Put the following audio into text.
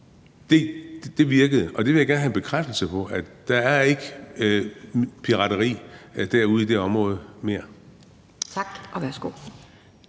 virkede, og det vil jeg gerne have en bekræftelse på. Der er ikke pirateri ude i det område mere. Kl.